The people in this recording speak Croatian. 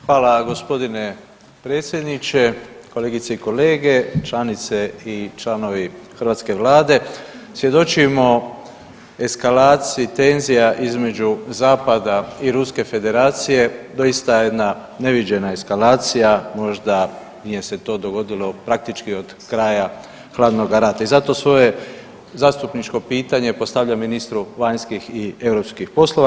Hvala g. predsjedniče, kolegice i kolege, članice i članovi hrvatske vlade svjedočimo eskalaciji tenzija između zapada i Ruske Federacije, doista jedna neviđena eskalacija možda nije se to dogodilo praktički od kraja hladnoga rata i zato svoje zastupničko pitanje postavljam ministru vanjskih i europski poslova.